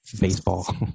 baseball